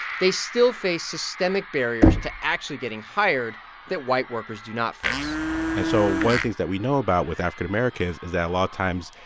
they still face systemic barriers to actually getting hired that white workers do not face and so one of the things that we know about with african americans is that a lot of times,